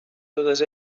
totes